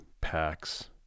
packs